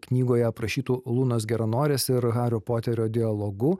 knygoje aprašytu lunos geranorės ir hario poterio dialogu